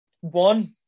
One